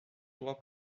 droit